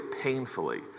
painfully